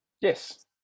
yes